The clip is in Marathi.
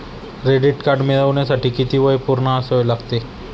क्रेडिट कार्ड मिळवण्यासाठी किती वय पूर्ण असावे लागते?